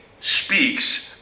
speaks